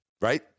right